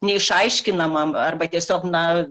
neišaiškinama arba tiesiog na